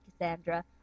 Cassandra